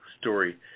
story